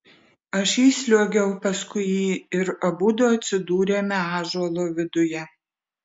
aš įsliuogiau paskui jį ir abudu atsidūrėme ąžuolo viduje